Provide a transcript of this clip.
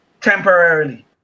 temporarily